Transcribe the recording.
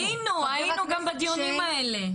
היינו גם בדיונים האלה.